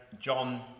John